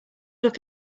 look